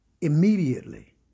Immediately